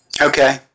Okay